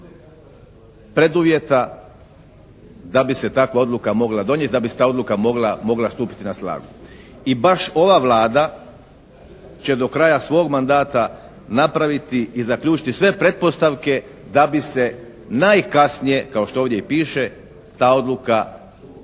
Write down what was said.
preduvjeta da bi se takva odluka mogla donijeti, da bi ta odluka mogla stupiti na snagu. I baš ova Vlada će do kraja svog mandata napraviti i zaključiti sve pretpostavke da bi se najkasnije kao što ovdje i piše ta odluka mogla